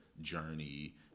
journey